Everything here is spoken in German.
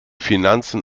finanzen